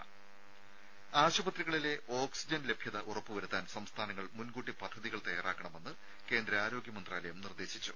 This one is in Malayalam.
രുമ ആശുപത്രികളിലെ ഓക്സിജൻ ലഭ്യത ഉറപ്പ് വരുത്താൻ സംസ്ഥാനങ്ങൾ മുൻകൂട്ടി പദ്ധതികൾ തയ്യാറാക്കണമെന്ന് കേന്ദ്ര ആരോഗ്യ മന്ത്രാലയം നിർദ്ദേശിച്ചു